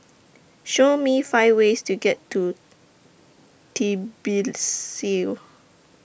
Show Me five ways to get to